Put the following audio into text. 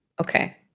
Okay